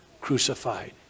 Crucified